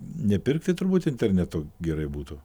nepirkti turbūt internetu gerai būtų